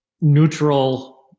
neutral